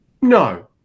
No